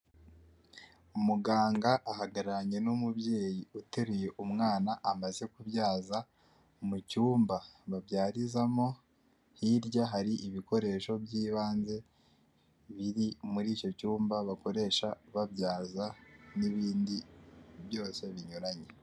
Umuganga ahagararanye n'umubyeyi uteruye umwana amaze kubyaza mu cyumba babyarizamo, hirya hari ibikoresho by'ibanze biri muri icyo cyumba bakoresha babyaza n'ibindi byose binyuranye.